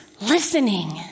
listening